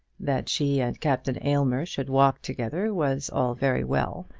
that she and captain aylmer should walk together was all very well.